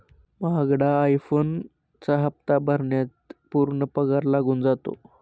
महागडा आई फोनचा हप्ता भरण्यात पूर्ण पगार लागून जातो